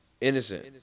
innocent